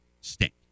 stink